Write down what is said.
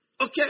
Okay